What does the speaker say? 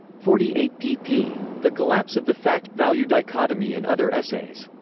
forty eight pp. the collapse of the fact value dichotomy and other essays.